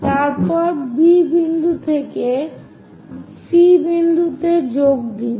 তারপর B বিন্দু থেকে C বিন্দুতে যোগ দিন